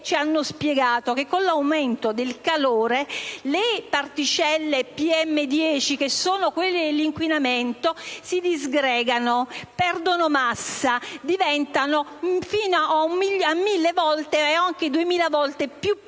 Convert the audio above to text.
ci hanno spiegato che con l'aumento del calore le particelle PM10 (che sono quelle dell'inquinamento) si disgregano, perdono massa e diventano fino a 1.000 o anche 2.000 volte più piccole;